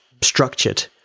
structured